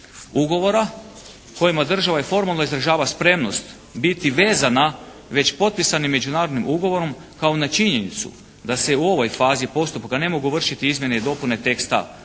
ugovora kojima država i formalno izražava spremnost biti vezana već potpisanim međunarodnim ugovorom kao na činjenicu da se u ovoj fazi postupka ne mogu vršiti izmjene i dopune teksta